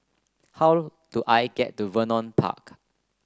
how do I get to Vernon Park